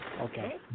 okay